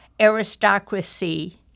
aristocracy